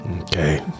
Okay